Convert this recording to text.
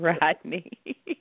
Rodney